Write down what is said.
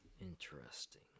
Interesting